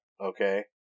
Okay